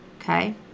Okay